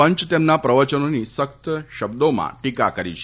પંચ તેમના પ્રવચનોની સખ્ત શબ્દોમાં ટીકા કરી છે